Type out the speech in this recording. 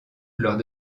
lors